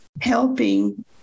helping